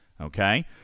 okay